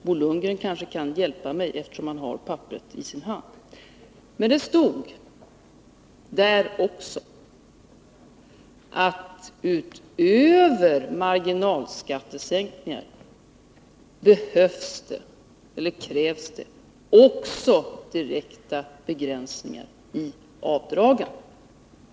Bo Lundgren kanske kan hjälpa mig, eftersom han har papperen i sin hand. Men det stod där också att utöver marginalskattesänkningar behövs eller krävs också direkta begränsningar i avdraget.